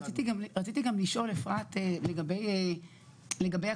רציתי גם לשאול, אפרת, לגבי הקורונה.